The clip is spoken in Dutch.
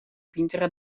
pientere